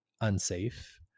unsafe